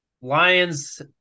Lions